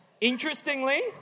Interestingly